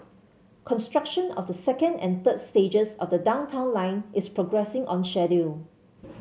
construction of the second and third stages of the Downtown Line is progressing on schedule